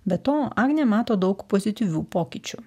be to agnė mato daug pozityvių pokyčių